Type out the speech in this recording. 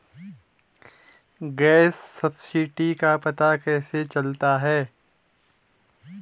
Gas subsidy का पता कैसे चलता है?